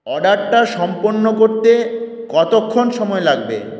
অর্ডারটা সম্পন্ন করতে কতক্ষণ সময় লাগবে